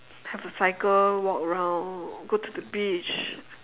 have a cycle walk around go to the beach